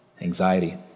anxiety